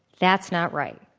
that's not right.